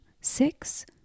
Six